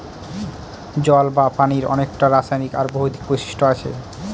জল বা পানির অনেককটা রাসায়নিক আর ভৌতিক বৈশিষ্ট্য আছে